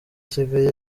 asigaye